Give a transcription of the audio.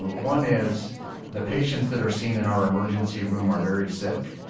ah one is the patients that are seen in our emergency room are very sick,